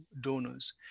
donors